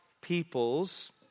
peoples